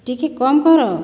ଟିକେ କମ୍ କର